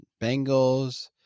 Bengals